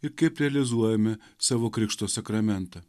ir kaip realizuojame savo krikšto sakramentą